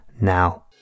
now